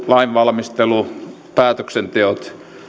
lainvalmistelun päätöksenteon